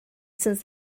since